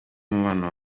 umubano